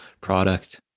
product